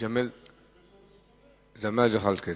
ג'מאל זחאלקה.